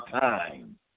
time